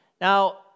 Now